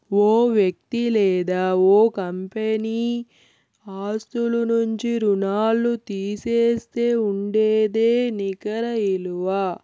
ఓ వ్యక్తి లేదా ఓ కంపెనీ ఆస్తుల నుంచి రుణాల్లు తీసేస్తే ఉండేదే నికర ఇలువ